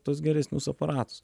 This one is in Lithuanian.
tuos geresnius aparatus